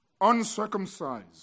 uncircumcised